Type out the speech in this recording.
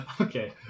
Okay